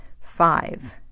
five